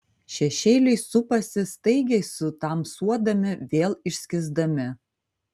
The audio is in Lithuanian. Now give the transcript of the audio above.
šešėliai supasi staigiai sutamsuodami vėl išskysdami